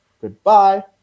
goodbye